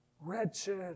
wretched